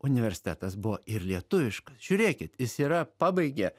universitetas buvo ir lietuviškas žiūrėkit jis yra pabaigia